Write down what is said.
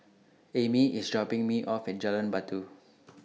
Ammie IS dropping Me off At Jalan Batu